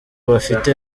bafite